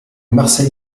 marcel